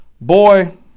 boy